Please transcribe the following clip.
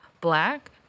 black